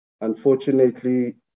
Unfortunately